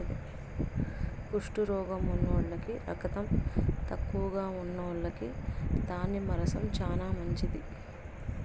కుష్టు రోగం ఉన్నోల్లకి, రకతం తక్కువగా ఉన్నోల్లకి దానిమ్మ రసం చానా మంచిది